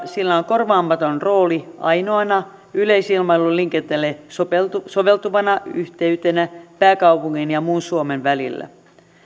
sillä on korvaamaton rooli ainoana yleisilmailuliikenteelle soveltuvana soveltuvana yhteytenä pääkaupungin ja muun suomen välillä